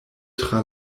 tra